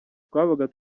twabaga